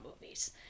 movies